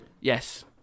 Yes